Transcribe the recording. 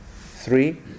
Three